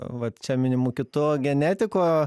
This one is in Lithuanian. vat čia minimu kitu genetiku